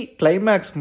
climax